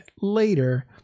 later